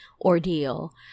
ordeal